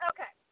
Okay